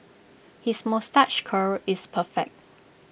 his moustache curl is perfect